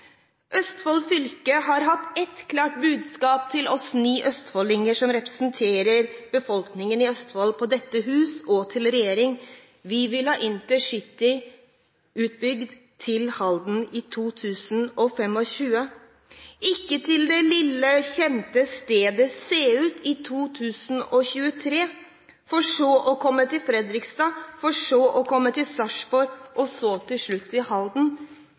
Østfold har hatt ett klart budskap til oss ni østfoldinger, som representerer befolkningen i Østfold i dette huset, og til regjeringen: De vil ha InterCity bygd ut til Halden i 2025. De vil ikke ha det til det lille, kjente stedet Seut i 2023, for så at det kommer til Fredrikstad, så til Sarpsborg og så til slutt til Halden. Vårt budskap og oppdrag inn i